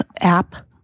app